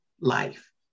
life